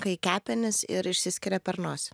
kai kepenys išsiskiria per nosį